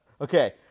Okay